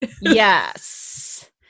Yes